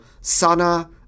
Sana